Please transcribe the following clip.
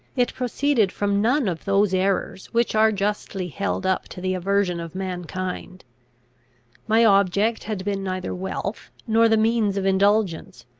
it proceeded from none of those errors which are justly held up to the aversion of mankind my object had been neither wealth, nor the means of indulgence,